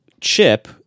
chip